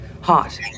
Hot